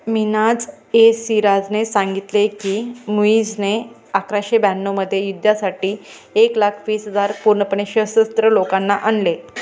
मिन्हाज ए सिराजने सांगितले की मुइझने अकराशे ब्याण्णवमध्ये युद्धासाठी एक लाख वीस हजार पूर्णपणे सशस्त्र लोकांना आणले